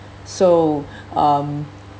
so um